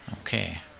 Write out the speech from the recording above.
Okay